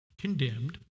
condemned